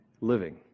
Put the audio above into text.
living